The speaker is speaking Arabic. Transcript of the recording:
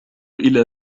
إلى